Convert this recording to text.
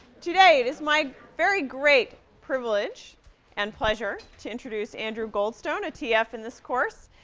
today it is my very great privilege and pleasure to introduce andrew goldstone, a tf in this course.